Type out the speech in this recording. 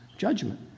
judgment